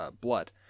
blood